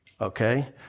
okay